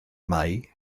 mai